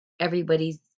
everybody's